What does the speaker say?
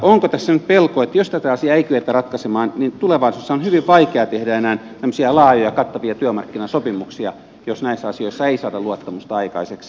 onko tässä nyt pelko että jos tätä asiaa ei kyetä ratkaisemaan niin tulevaisuudessa on hyvin vaikea tehdä enää tämmöisiä laajoja kattavia työmarkkinasopimuksia jos näissä asioissa ei saada luottamusta aikaiseksi